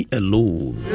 alone